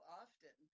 often